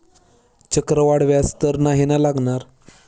चक्रवाढ व्याज तर नाही ना लागणार?